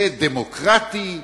זה דמוקרטי?